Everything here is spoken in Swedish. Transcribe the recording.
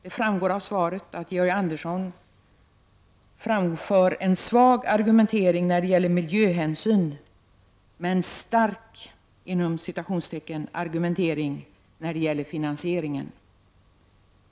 Det framgår av svaret att Georg Andersson framför en svag argumentering när det gäller miljöhänsyn, men en ”stark” argumentering när det gäller finansiering.